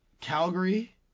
Calgary